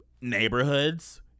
neighborhoods